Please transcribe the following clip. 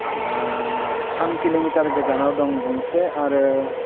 थाम किल'मिटार गोजानाव दं गंसे आरो